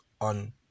on